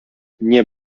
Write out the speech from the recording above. nie